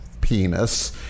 penis